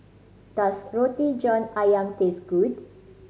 does Roti John Ayam taste good